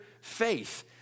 faith